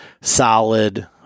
solid